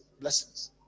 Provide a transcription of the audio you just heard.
blessings